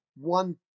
one